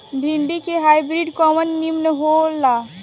भिन्डी के हाइब्रिड कवन नीमन हो ला?